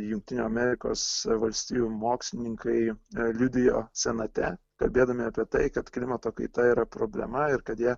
jungtinių amerikos valstijų mokslininkai liudijo senate kalbėdami apie tai kad klimato kaita yra problema ir kad jie